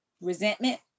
resentment